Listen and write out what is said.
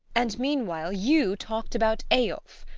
and meanwhile you talked about eyolf.